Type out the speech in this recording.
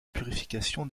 purification